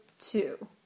two